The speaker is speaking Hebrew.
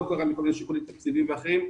קרה מכל מיני שיקולים תקציביים ואחרים.